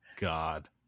God